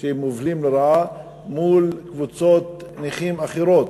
שהם מופלים לרעה מול קבוצות נכים אחרות.